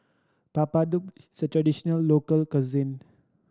Papadum is a traditional local cuisine